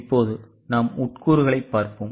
இப்போது நாம் உட்கூறுகளைப் பார்ப்போம்